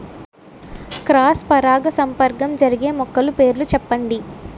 Cross పరాగసంపర్కం జరిగే మొక్కల పేర్లు చెప్పండి?